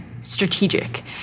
Strategic